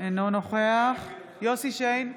אינו נוכח יוסף שיין,